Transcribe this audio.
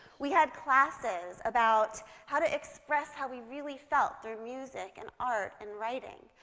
we had classes about how to express how we really felt through music, and art, and writing.